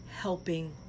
helping